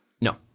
No